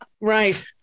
Right